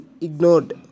ignored